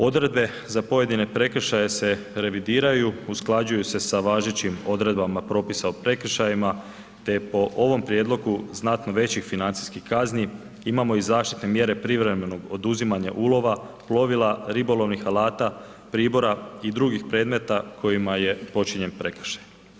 Odredbe za pojedine prekršaje se revidiraju, usklađuju se sa važećim odredbama propisa o prekršajima te je po ovom prijedlogu znatno većih financijskih kazni imamo i zaštitne mjere privremenog oduzimanja ulova, plovila, ribolovnih alata, pribora i drugih predmeta kojima je počinjen prekršaj.